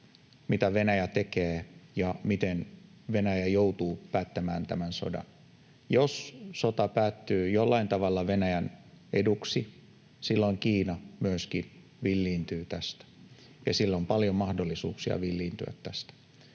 mitä Venäjä tekee ja miten Venäjä joutuu päättämään tämän sodan. Jos sota päättyy jollain tavalla Venäjän eduksi, silloin Kiina myöskin villiintyy tästä, ja sillä on paljon mahdollisuuksia villiintyä tästä.